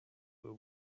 will